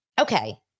okay